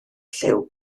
lliw